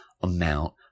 amount